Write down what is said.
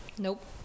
Nope